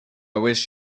wish